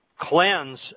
cleanse